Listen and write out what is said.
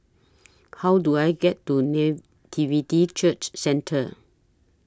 How Do I get to Nativity Church Centre